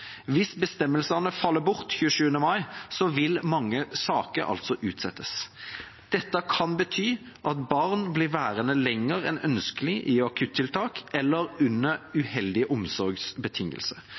Hvis bestemmelsene faller bort den 27. mai, vil mange saker utsettes. Dette kan bety at barn blir værende lenger enn ønskelig i akuttiltak eller under